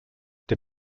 der